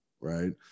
right